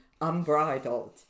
unbridled